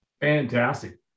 fantastic